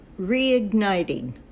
Reigniting